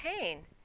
pain